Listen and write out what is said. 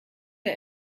der